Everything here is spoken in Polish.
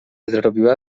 zrobiła